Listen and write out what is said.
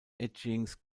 etchings